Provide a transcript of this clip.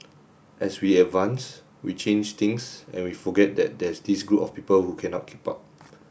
as we advance we change things and we forget that there's this group of people who cannot keep up